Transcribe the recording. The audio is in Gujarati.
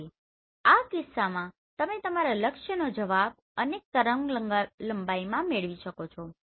તેથી આ કિસ્સામાં તમે તમારા લક્ષ્યનો જવાબ અનેક તરંગલંબાઇમાં મેળવી શકો છો